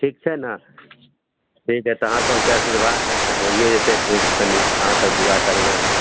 ठीक छै ने ठीक हइ तऽ अहाँसभके आशीर्वाद हइ तऽ होइए जेतै ठीक कनि अहाँसभ दुआ करबै